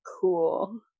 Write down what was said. cool